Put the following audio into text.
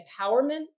empowerment